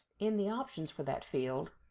in the options for that field